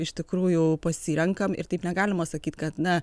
iš tikrųjų pasirenkam ir taip negalima sakyt kad na